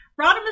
Rodimus